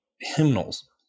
hymnals